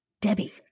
Debbie